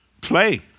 Play